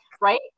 Right